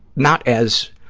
not as